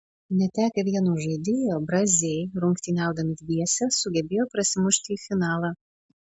netekę vieno žaidėjo braziai rungtyniaudami dviese sugebėjo prasimušti į finalą